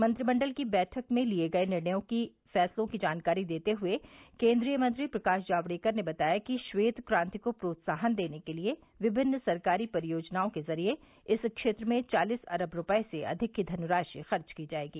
मंत्रिमंडल की बैठक में लिए गये फैसलों की जानकारी देते हुए केन्द्रीय मंत्री प्रकाश जावड़ेकर ने बताया कि श्येत क्रांति को प्रोत्साहन देने के लिए विभिन्न सरकारी परियोजनाओं के जरिए इस क्षेत्र में चालीस अरब रूपये से अधिक की धनराशि खर्च की जायेगी